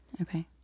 Okay